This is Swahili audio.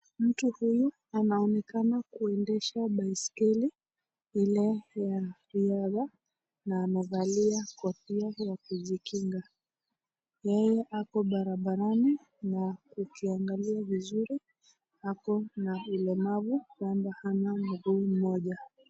Mtu huyu anaonekana kuendesha baiskeli ile ya riadha na amefalia kofia ya kujikinga, yeye ako barabarani na ukisngalia vizuri ako na ulemavu kwamba hana mguu moja.